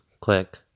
Click